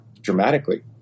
dramatically